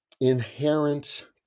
inherent